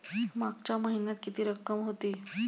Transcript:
मागच्या महिन्यात किती रक्कम होती?